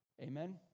Amen